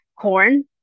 corn